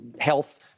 health